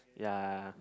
yeah